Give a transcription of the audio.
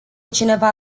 cineva